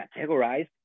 categorized